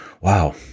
wow